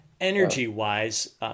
energy-wise